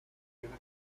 viene